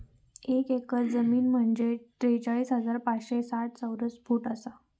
एक एकर जमीन म्हंजे त्रेचाळीस हजार पाचशे साठ चौरस फूट आसा